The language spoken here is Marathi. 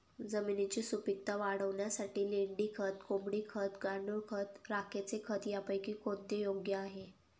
जमिनीची सुपिकता वाढवण्यासाठी लेंडी खत, कोंबडी खत, गांडूळ खत, राखेचे खत यापैकी कोणते योग्य आहे?